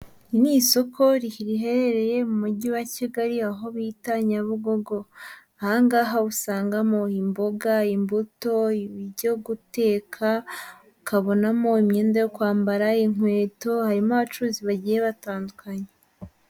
Iri ni isoko riherereye mu mujyi wa Kigali aho bita Nyabugogo. Aha ngaha usangamo imboga, imbuto, ibyo guteka, ukabonamo imyenda yo kwambara, inkweto harimo abacuruzi bagiye batandukanye.